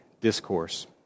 Discourse